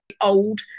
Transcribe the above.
old